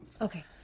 Okay